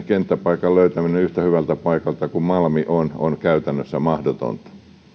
kenttäpaikan löytäminen yhtä hyvältä paikalta kuin malmi on on käytännössä mahdotonta